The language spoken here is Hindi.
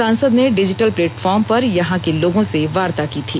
सांसद ने डिजिटल प्लेटफॉर्म पर यहां के लोगों से वार्ता की थी